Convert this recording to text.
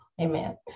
Amen